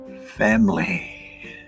family